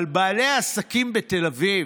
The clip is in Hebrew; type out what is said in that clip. אבל בעלי העסקים בתל אביב,